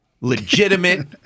legitimate